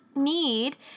need